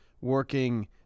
working